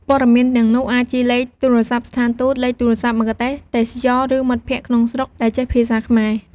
ព័ត៌មានទាំងនោះអាចជាលេខទូរស័ព្ទស្ថានទូត លេខទូរស័ព្ទមគ្គុទ្ទេសក៍ទេសចរណ៍ ឬមិត្តភក្តិក្នុងស្រុកដែលចេះភាសាខ្មែរ។